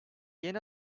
yeni